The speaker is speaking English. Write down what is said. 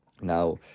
Now